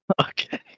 Okay